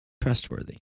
trustworthy